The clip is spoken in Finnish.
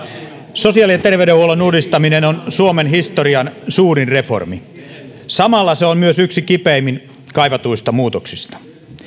sosiaali ja terveydenhuollon uudistaminen on suomen historian suurin reformi samalla se on myös yksi kipeimmin kaivatuista muutoksista